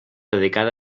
dedicada